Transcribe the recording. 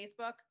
Facebook